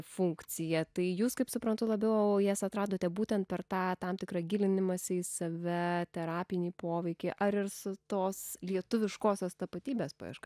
funkcija tai jūs kaip suprantu labiau jas atradote būtent per tą tam tikrą gilinimąsi į save terapinį poveikį ar ir su tos lietuviškosios tapatybės paieška